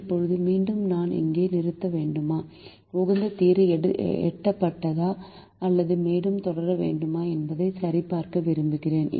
இப்போது மீண்டும் நாம் இங்கே நிறுத்த வேண்டுமா உகந்த தீர்வு எட்டப்பட்டதா அல்லது மேலும் தொடர வேண்டுமா என்பதை சரிபார்க்க விரும்புகிறோம்